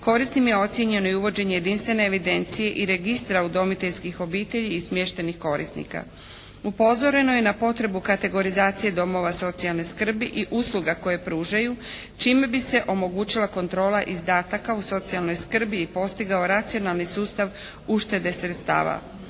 korisnim je ocjenjeno i uvođenje jedinstvene evidencije i registra udomiteljskih obitelji i smještaja korisnika. Upozoreno je na potrebu kategorizacije domova socijalne skrbi i usluga koje pružaju, čime bi se omogućila kontrola izdataka u socijalnoj skrbi i postigao racionalni sustav uštede sredstava.